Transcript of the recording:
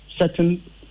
certain